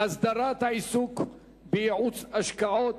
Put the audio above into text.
הסדרת העיסוק בייעוץ השקעות,